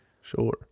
sure